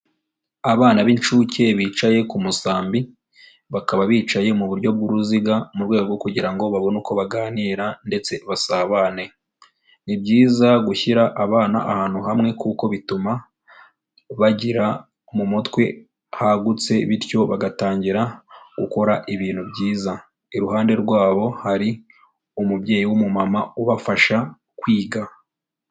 Abana b'incuke bicaye ku musambi, bakaba bicaye mu buryo bw'uruziga mu rwego rwo kugira ngo babone uko baganira ndetse basabane. Ni byiza gushyira abana ahantu hamwe kuko bituma bagira mu mutwe hagutse bityo bagatangira gukora ibintu byiza. Iruhande rwabo hari umubyeyi w'umumama ubafasha kwiga.